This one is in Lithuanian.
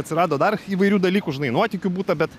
atsirado dar įvairių dalykų žinai nuotykių būta bet